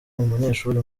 umunyeshuri